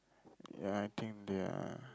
ya I think they're